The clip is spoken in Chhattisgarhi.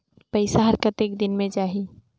पइसा हर कतेक दिन मे जाही?